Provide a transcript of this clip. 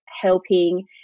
helping